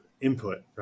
input